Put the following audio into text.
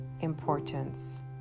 importance